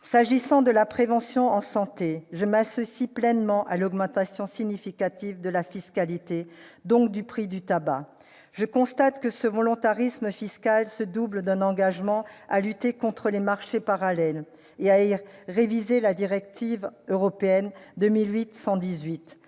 qui concerne la prévention en santé, je m'associe pleinement à l'augmentation significative de la fiscalité sur le tabac, donc du prix de celui-ci. Je constate que ce volontarisme fiscal se double d'un engagement à lutter contre les marchés parallèles et à réviser la directive européenne n°